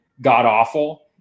god-awful